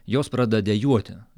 jos pradeda dejuoti